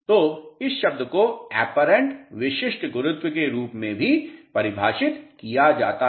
तो इस शब्द को ऍपेरैंट विशिष्ट गुरुत्व के रूप में भी परिभाषित किया जाता है